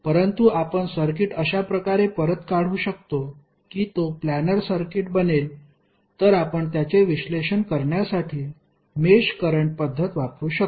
परंतु आपण सर्किट अशा प्रकारे परत काढू शकतो की तो प्लानर सर्किट बनेल तर आपण त्याचे विश्लेषण करण्यासाठी मेष करंट पद्धत वापरू शकतो